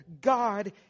God